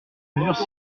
mesure